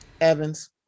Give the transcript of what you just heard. Evans